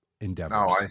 endeavors